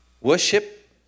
Worship